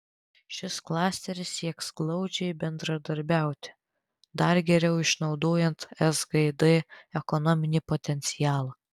šis klasteris sieks glaudžiai bendradarbiauti dar geriau išnaudojant sgd ekonominį potencialą